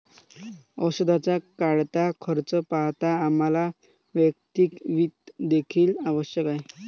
औषधाचा वाढता खर्च पाहता आम्हाला वैयक्तिक वित्त देखील आवश्यक आहे